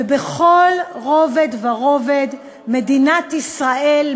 ובכל רובד ורובד מדינת ישראל,